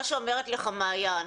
מה שאומרת לך מעיין,